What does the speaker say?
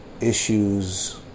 issues